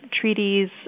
treaties